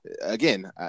again